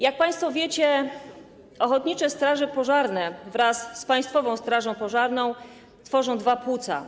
Jak państwo wiecie, ochotnicze straże pożarne wraz z Państwową Strażą Pożarną tworzą dwa płuca.